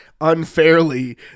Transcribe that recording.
unfairly